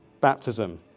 baptism